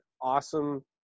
awesome